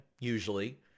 usually